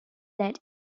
led